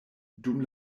dum